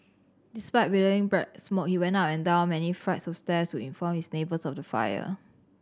despite billowing black smoke he went up and down many flights of stairs to inform his neighbours of the fire